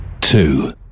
two